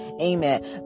Amen